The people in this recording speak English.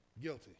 Guilty